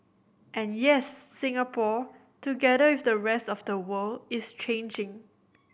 and yes Singapore together with the rest of the world is changing